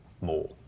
more